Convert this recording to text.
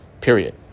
Period